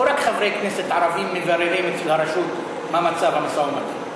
לא רק חברי כנסת ערבים מבררים אצל הרשות מה מצב המשא-ומתן.